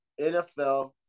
NFL